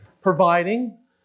providing